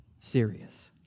serious